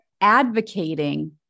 advocating